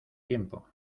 tiempo